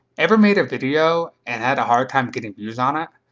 ever made a video and had a hard time getting views on it?